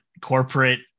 corporate